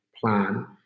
plan